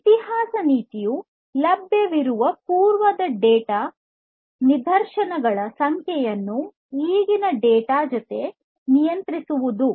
ಇತಿಹಾಸ ನೀತಿಯು ಲಭ್ಯವಿರುವ ಪೂರ್ವದ ಡೇಟಾ ನಿದರ್ಶನಗಳ ಸಂಖ್ಯೆಯನ್ನು ಈಗಿನ ಡೇಟಾ ಜೊತೆ ನಿಯಂತ್ರಿಸುವುದು